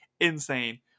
insane